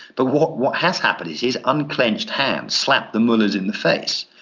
but what what has happened is his unclenched hand slapped the mullahs in the face,